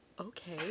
okay